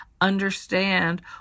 understand